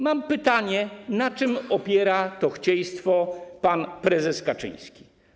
Mam pytanie: Na czym opiera to chciejstwo pan prezes Kaczyński?